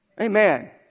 Amen